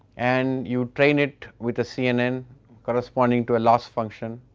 and you train it with a cnn correspondent to a loss function.